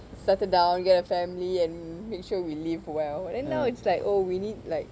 settle down get a family and make sure we live well then now it's like oh we need like